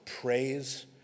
praise